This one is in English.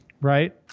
Right